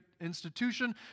institution